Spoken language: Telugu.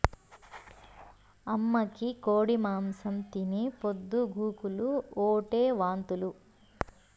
అమ్మకి కోడి మాంసం తిని పొద్దు గూకులు ఓటే వాంతులు